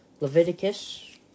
Leviticus